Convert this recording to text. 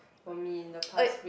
for me in the past week